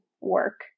work